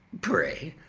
pray,